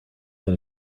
get